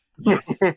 Yes